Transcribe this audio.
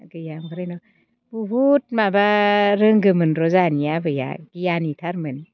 गैया ओमफ्राय उनाव बहुद माबा रोंगौमोन र' जोंहानि आबैया गियानिथारमोन